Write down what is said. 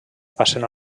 passen